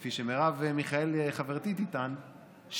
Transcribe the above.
כפי שמרב מיכאלי חברתי תטען,